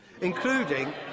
including